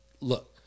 look